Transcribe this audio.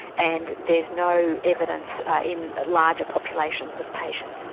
and there's no evidence in larger populations of patients.